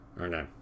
Okay